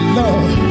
love